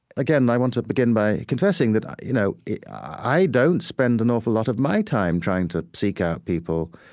again, i want to begin by confessing that i you know i don't spend an awful lot of my time trying to seek out people,